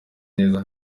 neza